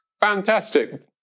Fantastic